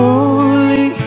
Holy